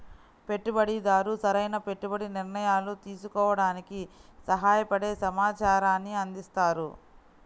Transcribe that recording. పెట్టుబడిదారు సరైన పెట్టుబడి నిర్ణయాలు తీసుకోవడానికి సహాయపడే సమాచారాన్ని అందిస్తారు